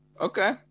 Okay